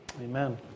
Amen